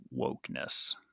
wokeness